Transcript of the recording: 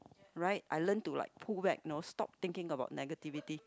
right I learn to like pull back know stop thinking about negativity